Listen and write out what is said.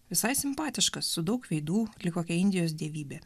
visai simpatiškas su daug veidų lyg kokia indijos dievybė